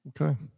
Okay